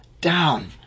down